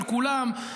על כולם,